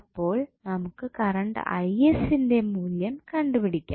അപ്പോൾ നമുക്ക് കറണ്ട് ന്റെ മൂല്യം കണ്ടുപിടിക്കാം